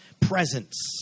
presence